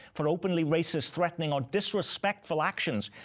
for openly racist threatening or disrespectful actions.